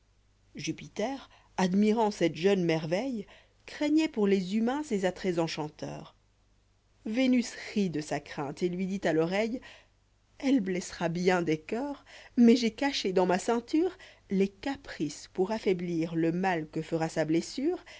jupiter admirant cette jeune merveille craignoit pour les humains ses attraits enchanteurs vénus rit de sa crainte et lui dit à l'oreille elle blessera bien des coeurs n mais j'ai caché dans ma ceinture les caprices pour affaiblir le mal que fera sa blessure